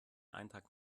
eintrag